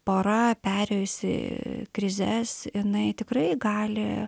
pora perėjusi krizes jinai tikrai gali